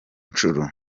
nshuro